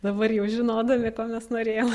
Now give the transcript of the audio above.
dabar jau žinodami ko mes norėjom